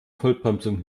vollbremsung